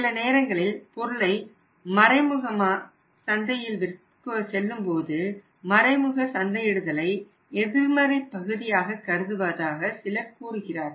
சில நேரங்களில் பொருளை மறைமுகமாக சந்தையில் விற்க செல்லும்போது மறைமுக சந்தையிடுதலை எதிர்மறை பகுதியாக கருதுவதாக சிலர் கூறுகிறார்கள்